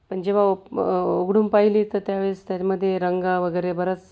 पण जेव्हा ओप उघडून पाहिली तर त्यावेळेस त्याच्यामध्ये रंगा वगैरे बराच